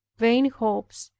vain hopes,